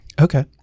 Okay